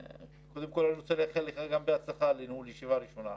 אני רוצה לאחל לך בהצלחה בניהול הישיבה הראשונה.